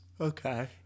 okay